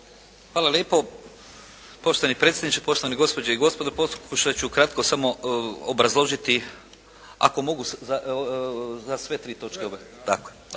Hvala lijepo. Poštovani predsjedniče, poštovane gospođe i gospodo. Pokušat ću kratko samo obrazložiti ako mogu za sve tri točke. Prije